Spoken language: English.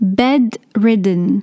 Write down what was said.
bedridden